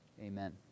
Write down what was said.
Amen